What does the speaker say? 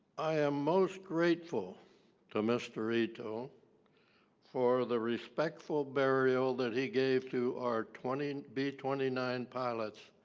i am most grateful to mr. ito for the respectful burial that he gave to our twenty b twenty nine pilots